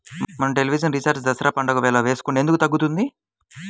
మన television recharge Dasara పండగ వేళ వేసుకుంటే ఎందుకు తగ్గుతుంది?